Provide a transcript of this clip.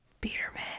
Peterman